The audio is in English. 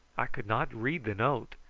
i could not read the note.